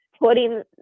Putting